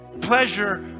pleasure